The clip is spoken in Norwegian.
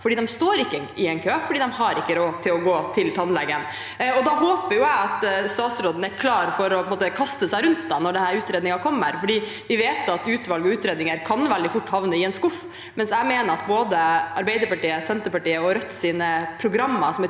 De står ikke i en kø, for de har ikke råd til å gå til tannlegen. Jeg håper statsråden er klar for å kaste seg rundt når denne utredningen kommer. Vi vet at utvalg og utredninger veldig fort kan havne i en skuff, men jeg mener at både Arbeiderpartiets, Senterpartiets og Rødts programmer,